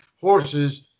horses